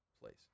place